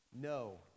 No